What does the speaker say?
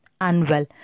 unwell